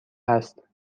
هست